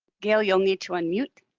gail, you'll need to unmute.